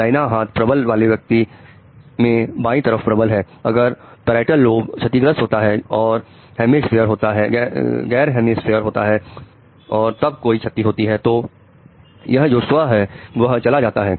दाहिने हाथ प्रबल वाले व्यक्ति में बाई तरफ प्रबल होता है